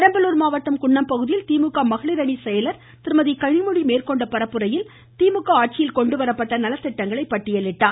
பெரம்பலூர் மாவட்டம் குன்னம் பகுதியில் திமுக மகளிர் அணி செயலர் திருமதி கனிமொழி மேற்கொண்ட பரப்புரையில் திமுக ஆட்சியில் கொண்டுவரப்பட்ட நல திட்டங்களை பட்டியலிட்டார்